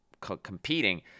competing